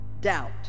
doubt